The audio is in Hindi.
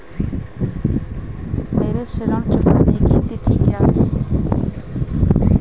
मेरे ऋण चुकाने की तिथि क्या है?